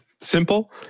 Simple